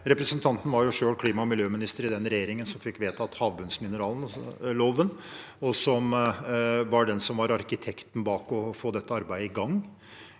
Representanten var jo selv klima- og miljøminister i den regjerin gen som fikk vedtatt havbunnsmineralloven, og som var den som var arkitekten bak å få dette arbeidet i gang.